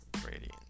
gradient